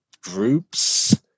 groups